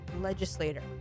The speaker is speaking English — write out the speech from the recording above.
legislator